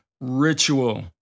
ritual